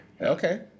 Okay